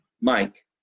Mike